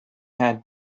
had